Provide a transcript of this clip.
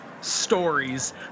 Stories